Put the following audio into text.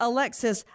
Alexis